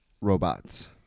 robots